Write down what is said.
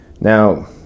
Now